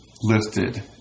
lifted